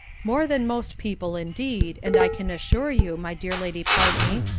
more than most people indeed, and i can assure you, my dear lady pountney,